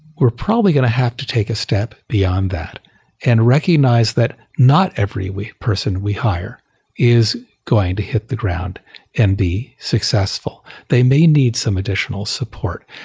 we're probably going to have to take a step beyond that and recognize that not every person we hire is going to hit the ground and be successful. they may need some additional support.